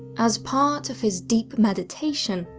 as part of his deep meditation,